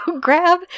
grab